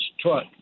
truck